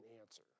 answer